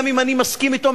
גם אם אני מסכים אתו,